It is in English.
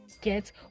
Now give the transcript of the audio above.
get